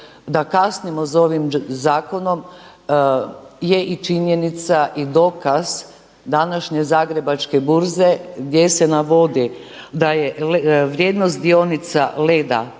da kasnimo s ovim zakonom je i činjenica i dokaz današnje zagrebačke burze gdje se navodi da je vrijednost dionica Leda